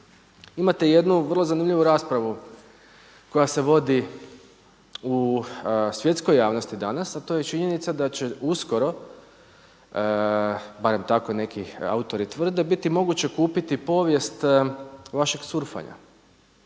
Imate jednu vrlo zanimljivu raspravu koja se vodi u svjetskoj javnosti danas a to je činjenica da će uskoro, barem tako neki autori tvrde biti moguće kupiti povijest vašeg surfanja.